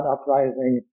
uprising